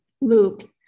Luke